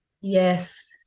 Yes